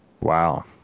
Wow